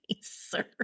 sir